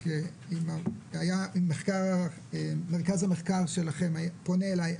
רק אם היה מרכז המחקר שלכם פונה אליי,